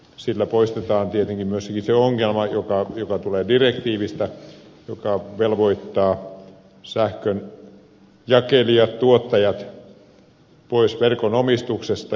sillä poistetaan tietenkin myöskin se ongelma joka tulee direktiivistä joka velvoittaa sähkön jakelijat ja tuottajat pois verkon omistuksesta